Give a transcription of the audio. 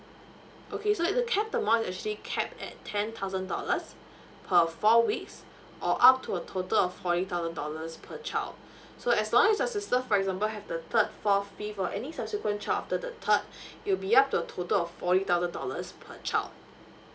okay so at the cap amount is actually cap at ten thousand dollars per four weeks or up to a total of forty thousand dollars per child so as long as your sister for example have the third fourth fifth or any subsequent child after the third it'll be up to a total of forty thousand dollars per child